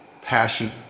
passion